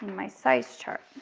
my size chart.